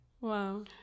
Wow